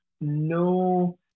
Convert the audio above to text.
no